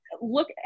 look